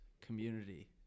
community